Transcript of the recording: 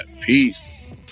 Peace